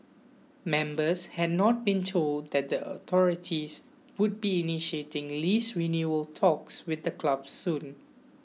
members had not been told that the authorities would be initiating lease renewal talks with the club soon